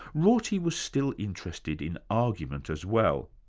rorty was still interested in argument, as well.